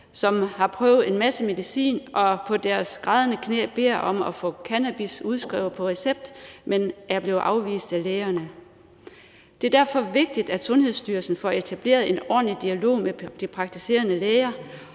som har prøvet en masse medicin og på deres knæ grædende beder om at få cannabis udskrevet på recept, men som er blevet afvist af lægerne. Det er derfor vigtigt, at Sundhedsstyrelsen får etableret en ordentlig dialog med de praktiserende læger